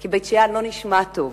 כי בית-שאן לא נשמע טוב.